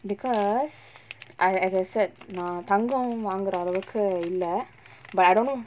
because I as I said நா தங்கோ வாங்குர அளவுக்கு இல்ல:naa thango vaangura alavukku illa but I don't know